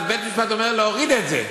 אז בית-המשפט אומר להוריד את זה.